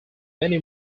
many